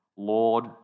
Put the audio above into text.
Lord